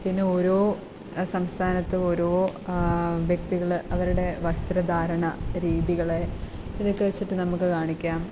പിന്നെ ഓരോ സംസ്ഥാനത്ത് ഓരോ വ്യക്തികൾ അവരുടെ വസ്ത്രധാരണ രീതികളെ ഇതൊക്കെ വച്ചിട്ട് നമുക്ക് കാണിക്കാം